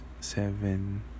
seven